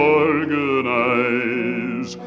organize